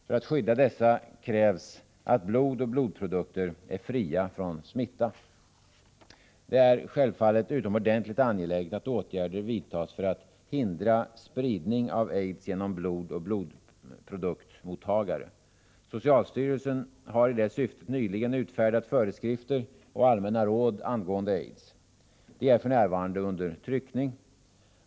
För att skydda dessa krävs att blod och blodprodukter är fria från smitta. Det är självfallet utomordentligt angeläget att åtgärder vidtas för att hindra spridning av AIDS genom blod och blodproduktsmottagare. Socialstyrelsen har i det syftet nyligen utfärdat föreskrifter och allmänna råd angående AIDS. De är för närvarande under tryckning.